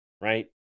right